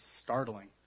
startling